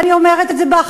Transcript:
ואני אומרת את זה באחריות.